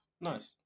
Nice